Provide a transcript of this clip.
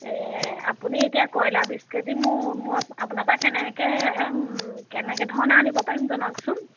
এই আপুনি এতিয়া কইলাৰ বিছ কেজি মোৰ মই আপোনাৰপৰা কেনেকৈ কেনেকৈ ধৰণে আনিব পাৰি জনাওকচোন